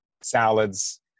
salads